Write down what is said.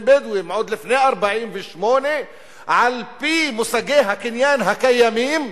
בדואים עוד לפני 1948 על-פי מושגי הקניין הקיימים,